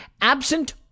absent